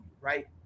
right